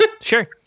sure